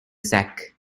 sack